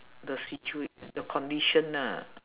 the situa~ the condition ah